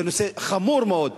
זה נושא חמור מאוד.